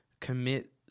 commit